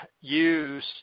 use